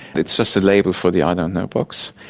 it's just a label for the i don't know box.